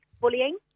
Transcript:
bullying